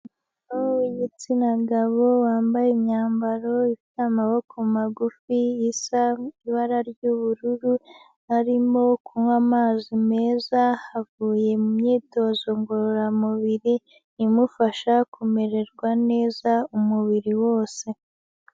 Umuntu w'igitsina gabo wambaye imyambaro ifite amaboko magufi isa ibara ry'ubururu, arimo kunywa amazi meza avuye mu myitozo ngororamubiri imufasha kumererwa neza umubiri wose.